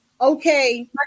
Okay